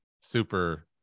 super